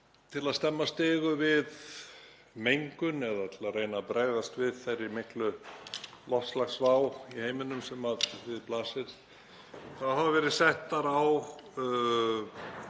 Til að stemma stigu við mengun eða til að reyna að bregðast við þeirri miklu loftslagsvá í heiminum sem við blasir hafa verið settar á